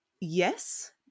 yes